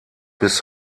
bis